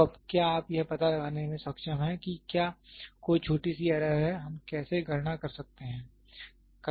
तो अब क्या आप यह पता लगाने में सक्षम हैं कि क्या कोई छोटी सी एरर है हम कैसे गणना करते हैं